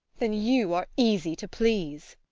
then you are easy to please.